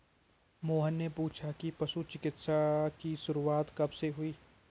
मोहन ने पूछा कि पशु चिकित्सा की शुरूआत कब से हुई?